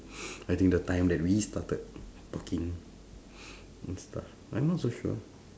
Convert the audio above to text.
I think the time that we started talking I'm not so sure